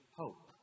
hope